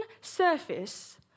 surface